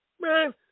Man